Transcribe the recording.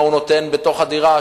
מה הוא נותן בתוך הדירה.